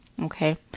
Okay